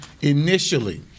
initially